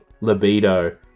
Libido